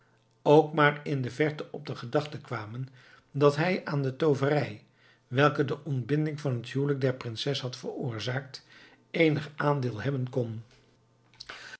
ook maar in de verte op de gedachte kwamen dat hij aan de tooverij welke de ontbinding van het huwelijk der prinses had veroorzaakt eenig aandeel hebben kon